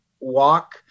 walk